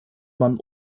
man